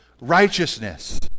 righteousness